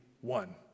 one